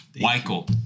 Michael